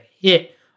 hit